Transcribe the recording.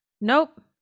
Nope